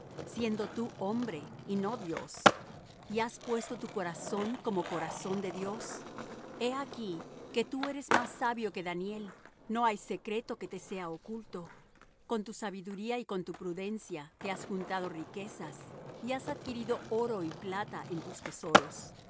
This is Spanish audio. sentado en medio de los mares siendo tú hombre y no dios y has puesto tu corazón como corazón de dios he aquí que tú eres más sabio que daniel no hay secreto que te sea oculto con tu sabiduría y con tu prudencia te has juntado riquezas y has adquirido oro y plata en tus tesoros